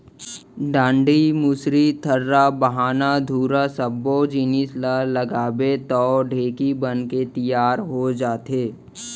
डांड़ी, मुसरी, थरा, बाहना, धुरा सब्बो जिनिस ल लगाबे तौ ढेंकी बनके तियार हो जाथे